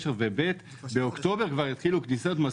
אבל מאוקטובר כבר התחילו כניסות.